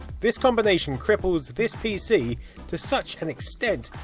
this combination cripples this pc to such an extent,